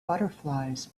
butterflies